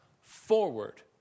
forward